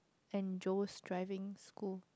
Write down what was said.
and Joe's driving school